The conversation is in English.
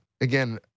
again